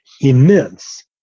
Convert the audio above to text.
immense